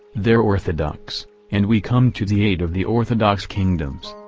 they're orthodox and we come to the aid of the orthodox kingdoms.